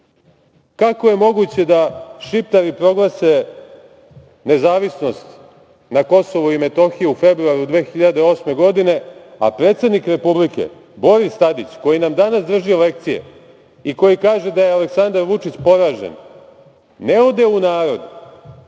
kako je moguće da šiptari proglase nezavisnost na Kosovu i Metohiji u februaru 2008. godine, a predsednik Republike Boris Tadić, koji nam danas drži lekcije i koji kaže da je Aleksandar Vučić poražen, ne ode u narod